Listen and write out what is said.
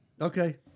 Okay